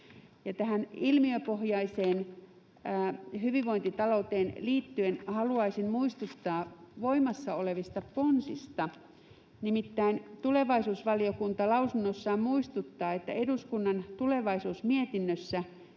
Tähän ilmiöpohjaiseen hyvinvointitalouteen liittyen haluaisin muistuttaa voimassa olevista ponsista. Nimittäin tulevaisuusvaliokunta lausunnossaan muistuttaa, että ”eduskunnan tulevaisuusmietinnössä